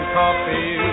coffee